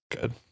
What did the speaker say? Good